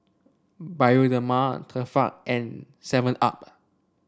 Bioderma Tefal and Seven Up